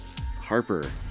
Harper